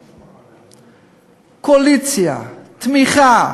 קואליציה, תמיכה,